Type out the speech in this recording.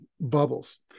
bubbles